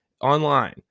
online